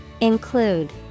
include